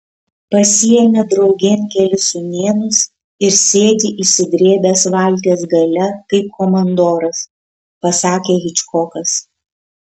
pasiėmė draugėn kelis sūnėnus ir sėdi išsidrėbęs valties gale kaip komandoras pasakė hičkokas